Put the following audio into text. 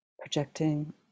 projecting